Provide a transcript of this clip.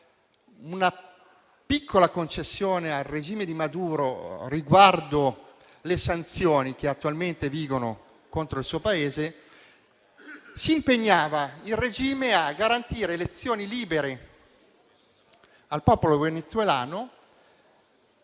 una piccola concessione al regime di Maduro, riguardo le sanzioni che attualmente vigono contro il suo Paese, si impegnava il regime a garantire elezioni libere al popolo venezuelano